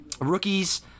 rookies